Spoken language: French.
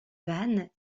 van